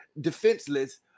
defenseless